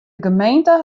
gemeente